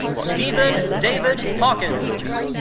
steven david hawkins.